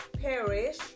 perish